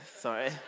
sorry